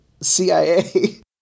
CIA